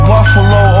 Buffalo